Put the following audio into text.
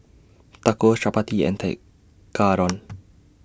Tacos Chapati and Tekkadon